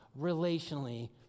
relationally